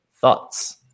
Thoughts